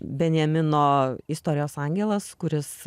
benjamino istorijos angelas kuris